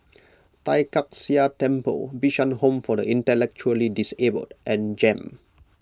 Tai Kak Seah Temple Bishan Home for the Intellectually Disabled and Jem